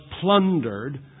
plundered